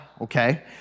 okay